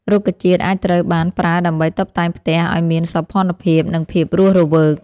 រុក្ខជាតិអាចត្រូវបានប្រើដើម្បីតុបតែងផ្ទះឲ្យមានសោភ័ណភាព និងភាពរស់រវើក។